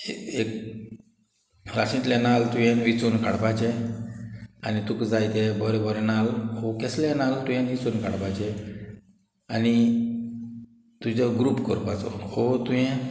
एक राशींतले नाल्ल तुवें विंचून काडपाचें आनी तुका जाय तें बोरें बोरें नाल्ल हो केसलें नाल्ल तुयेन विंचोन काडपाचें आनी तुजो ग्रूप करपाचो वो तुवें